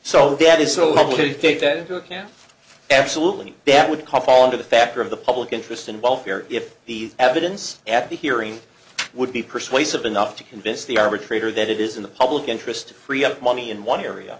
so that is a level to take that into account absolutely that would call into the factor of the public interest and welfare if the evidence at the hearing would be persuasive enough to convince the arbitrator that it is in the public interest free up money in one area